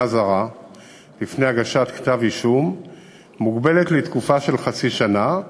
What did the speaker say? זרה לפני הגשת כתב-אישום מוגבלת לתקופה של חצי שנה,